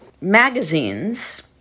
magazines